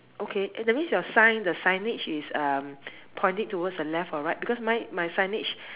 okay eh that means your sign the signage is um pointing towards the left or right because mine my signage